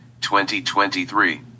2023